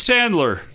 Sandler